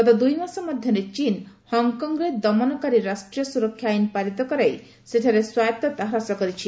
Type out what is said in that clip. ଗତ ଦୁଇମାସ ମଧ୍ୟରେ ଚୀନ୍ ହଂକଂରେ ଦମନକାରୀ ରାଷ୍ଟ୍ରୀୟ ସୁରକ୍ଷା ଆଇନ୍ ପାରିତ କରାଇ ସେଠାରେ ସ୍ୱାୟଉତା ହ୍ରାସ କରିଛି